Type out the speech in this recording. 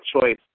choice